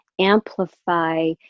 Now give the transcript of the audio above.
amplify